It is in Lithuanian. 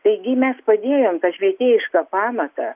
taigi mes padėjom tą švietėjišką pamatą